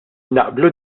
naqblu